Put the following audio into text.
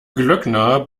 glöckner